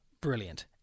brilliant